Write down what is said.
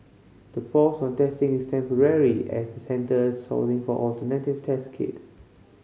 the pause on testing is temporary as the Centre sourcing for alternative test kits